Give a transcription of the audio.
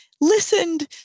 listened